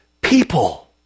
people